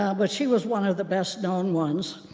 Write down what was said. ah but she was one of the best known ones.